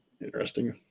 Interesting